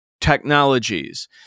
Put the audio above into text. technologies